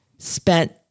spent